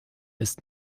ist